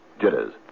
Jitters